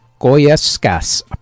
Goyescas